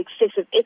excessive